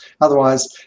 Otherwise